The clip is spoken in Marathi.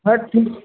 हां ठीक